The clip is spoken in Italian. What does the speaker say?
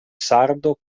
sardo